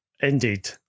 indeed